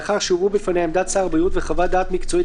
לאחר שהובאו בפניה עמדת שר הבריאות וחוות דעת מקצועית